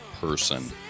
person